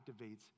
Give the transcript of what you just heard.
activates